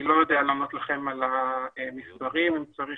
אני לא יודע לתת לכם את המספרים ואם צריך,